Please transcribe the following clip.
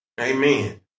Amen